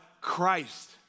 Christ